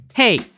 Hey